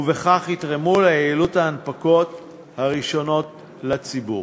ובכך יתרמו ליעילות ההנפקות הראשונות לציבור.